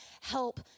help